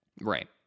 Right